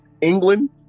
England